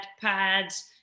pads